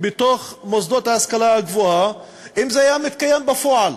בתוך מוסדות ההשכלה הגבוהה אם זה היה מתקיים בפועל,